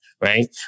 right